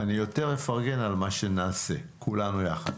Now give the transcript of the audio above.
אני יותר אפרגן על מה שנעשה כולנו יחד.